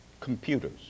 Computers